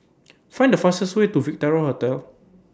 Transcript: Find The fastest Way to Victoria Hotel